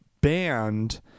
banned